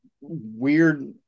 weird